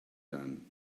done